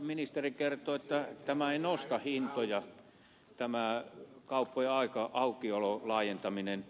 ministeri kertoi että tämä ei nosta hintoja tämä kauppojen aukiolon laajentaminen